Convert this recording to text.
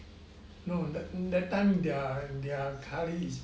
no that time their their curry is